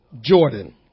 Jordan